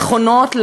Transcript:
נכונות,